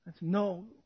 No